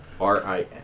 R-I-N